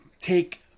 take